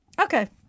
Okay